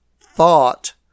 thought